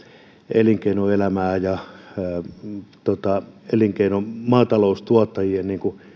elinkeinoelämää ja maataloustuottajien